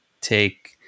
take